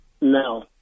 No